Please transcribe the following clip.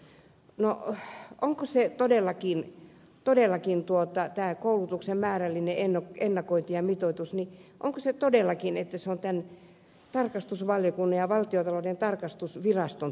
no onko todellakin tämän tarkastusvaliokunnan ja valtiontalouden tarkastusviraston tehtävänä määritellä koulutuksen määrällinen ennakointi mitoitusni on kyse todellakin että saatan tarkastus valitun ja mitoitus